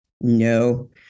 no